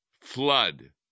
flood